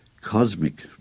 cosmic